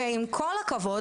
עם כל הכבוד,